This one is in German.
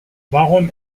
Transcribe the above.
warum